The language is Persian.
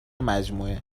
مجموعه